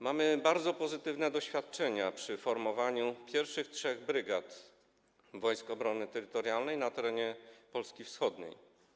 Mamy bardzo pozytywne doświadczenia przy formowaniu pierwszych trzech brygad Wojsk Obrony Terytorialnej na terenie Polski wschodniej.